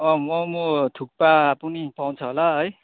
अँ मोमो थुक्पा पनि पाउँछ होला है